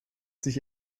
sich